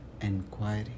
Enquiry